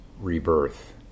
rebirth